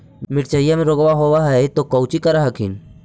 मिर्चया मे रोग्बा होब है तो कौची कर हखिन?